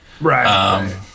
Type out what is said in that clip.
Right